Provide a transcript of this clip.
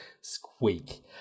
squeak